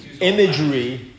imagery